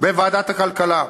בוועדת הכלכלה.